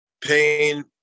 pain